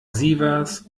sievers